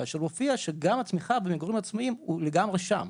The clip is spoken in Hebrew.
כאשר מופיע שגם התמיכה במגורים עצמאיים לגמרי שם,